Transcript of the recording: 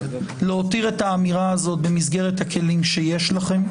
להותיר את האמירה הזאת במסגרת הכלים שיש לכם.